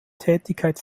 tätigkeit